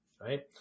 right